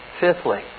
Fifthly